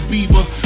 Bieber